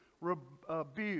rebuke